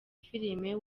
filime